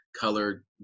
colored